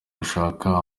gushaka